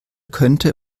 könnte